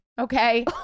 okay